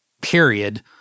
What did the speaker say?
period